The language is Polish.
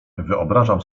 wyobrażam